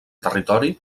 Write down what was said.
territori